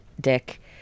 Dick